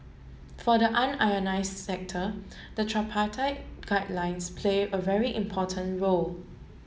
for the sector the tripartite guidelines play a very important role